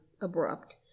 abrupt